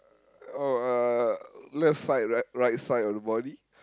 oh uh left side right right side of the body